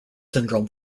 syndrome